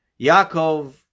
Yaakov